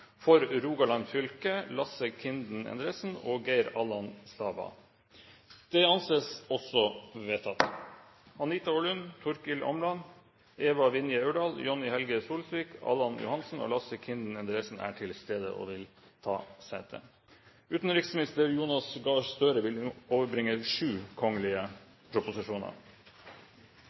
Rogaland fylke: Lasse Kinden Endresen og Geir Allan StavaAnita Orlund, Torkil Åmland, Eva Vinje Aurdal, Jonni Helge Solsvik, Allan Johansen og Lasse Kinden Endresen er til stede og vil ta sete.